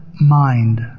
mind